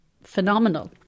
phenomenal